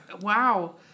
Wow